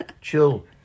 Chill